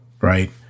right